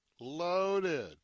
loaded